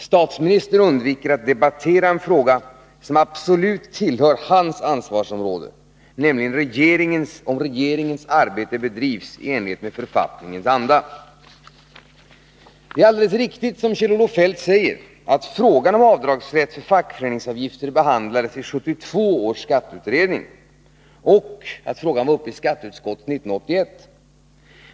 Statsministern undviker att debattera en fråga som absolut tillhör hans ansvarsområde, nämligen om regeringens arbete bedrivs i enlighet med författningens anda. Det är alldeles riktigt, som Kjell-Olof Feldt säger, att frågan om avdragsrätt för fackföreningsavgifter behandlades i 1972 års skatteutredning och i skatteutskottet 1981.